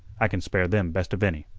i can spare them best of any.